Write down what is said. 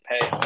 pay